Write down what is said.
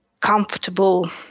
comfortable